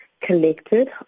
collected